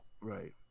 Right